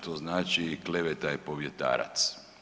To znači kleveta je povjetarac.